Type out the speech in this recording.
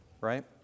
right